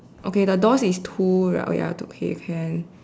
okay the doors is two right oh ya okay can